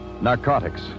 narcotics